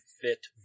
fit